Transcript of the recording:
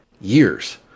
years